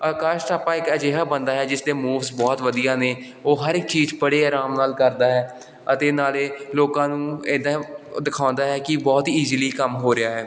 ਆਕਾਸ਼ ਥਾਪਾ ਇੱਕ ਅਜਿਹਾ ਬੰਦਾ ਹੈ ਜਿਸ ਦੇ ਮੂਵਸ ਬਹੁਤ ਵਧੀਆ ਨੇ ਉਹ ਹਰ ਇੱਕ ਚੀਜ਼ ਬੜੇ ਆਰਾਮ ਨਾਲ ਕਰਦਾ ਹੈ ਅਤੇ ਨਾਲੇ ਲੋਕਾਂ ਨੂੰ ਇੱਦਾਂ ਉਹ ਦਿਖਾਉਂਦਾ ਹੈ ਕਿ ਬਹੁਤ ਇਜ਼ੀਲੀ ਕੰਮ ਹੋ ਰਿਹਾ ਹੈ